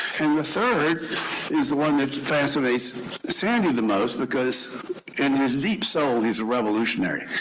and the third is the one that fascinates sandy the most because in his deep soul he's a revolutionary.